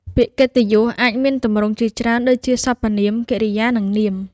ពាក្យកិត្តិយសអាចមានទម្រង់ជាច្រើនដូចជា សព្វនាម កិរិយាសព្ទ និងនាម។